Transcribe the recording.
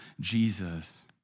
Jesus